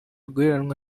guheranwa